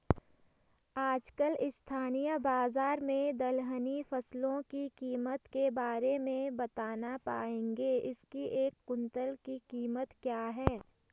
आजकल स्थानीय बाज़ार में दलहनी फसलों की कीमत के बारे में बताना पाएंगे इसकी एक कुन्तल की कीमत क्या है?